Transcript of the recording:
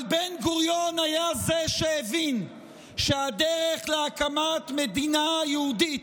אבל בן-גוריון היה זה שהבין שהדרך להקמת מדינה יהודית,